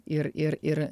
ir ir ir